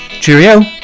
Cheerio